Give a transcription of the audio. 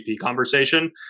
conversation